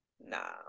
nah